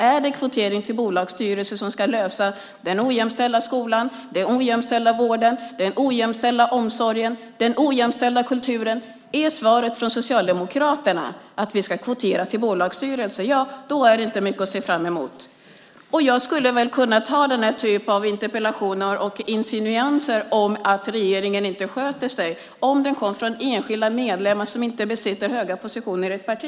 Är det kvotering till bolagsstyrelser som ska lösa den ojämställda skolan, den ojämställda vården, den ojämställda omsorgen, den ojämställda kulturen? Om svaret från Socialdemokraterna är att vi ska kvotera till bolagsstyrelser är det inte mycket att se fram emot. Jag skulle väl kunna ta den här typen av interpellationer och insinuationer om att regeringen inte sköter sig om de kom från enskilda medlemmar som inte besitter höga positioner i ett parti.